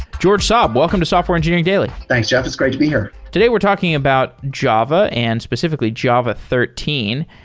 georges saab, welcome to software engineering daily thanks, jeff. it's great to be here today we're talking about java, and specifi cally java thirteen,